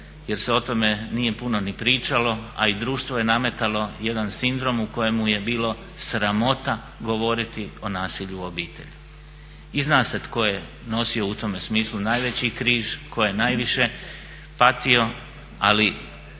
jer se o tome nije puno ni pričalo, a i društvo je nametalo jedan sindrom u kojemu je bilo sramota govoriti o nasilju u obitelji. I zna se tko je nosio u tome smislu najveći križ, tko je najviše patio. Ali